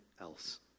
else